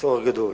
צורך גדול,